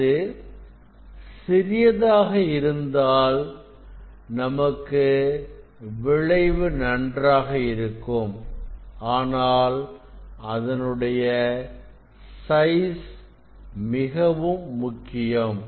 அது சிறியதாக இருந்தால் நமக்கு விளைவு நன்றாக இருக்கும் ஆனால் அதனுடைய சைஸ் மிகவும் முக்கியம்